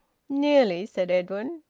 nearly! said edwin.